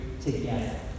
together